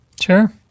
Sure